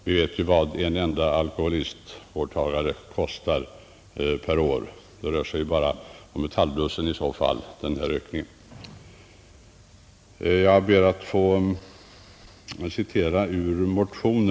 Vi vet ju vad en enda alkoholistvårdstagare kostar per år. Den här ökningen motsvarar i så fall bara årskostnaderna för något halvdussin.